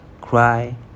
cry